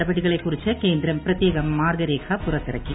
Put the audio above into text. നടപടികളെക്കുറിച്ച് കേന്ദ്രം പ്രത്യേക്ക് മ്മാർഗ്ഗരേഖ പുറത്തിറക്കി